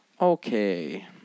okay